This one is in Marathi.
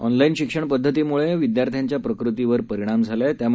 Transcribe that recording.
ऑनलाईन शिक्षण पद्धतीमुळे विद्यार्थ्यांच्या प्रकृतीवर परिणाम झाला आहे त्यामुळे